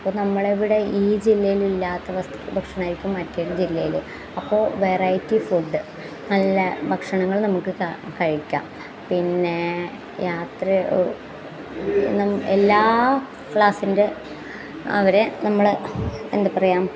അപ്പോൾ നമ്മൾ ഇവിടെ ഈ ജില്ലയിൽ ഇല്ലാത്ത വസ്തു ഭക്ഷണമായിരിക്കും മറ്റേ ജില്ലയിൽ അപ്പോൾ വെറൈറ്റി ഫുഡ് നല്ല ഭക്ഷണങ്ങള് നമുക്ക് കാ കഴിക്കാം പിന്നെ യാത്ര എല്ലാ ക്ലാസ്സിൻ്റെ അവരെ നമ്മൾ എന്താണ് പറയുക